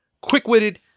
quick-witted